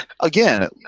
Again